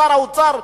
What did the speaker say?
שר האוצר,